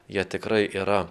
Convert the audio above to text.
jie tikrai yra